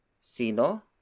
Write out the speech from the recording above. Sino